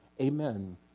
Amen